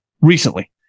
recently